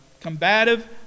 combative